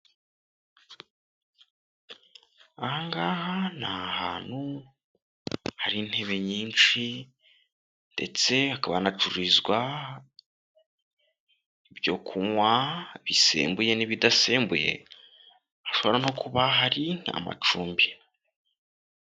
Aha ngaha ni ahantu hari intebe nyinshi ndetse hakaba hanacururizwa ibyo kunywa bisembuye n'ibidasembuye, hashobora no kuba hari amacumbi.